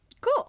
Cool